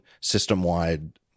system-wide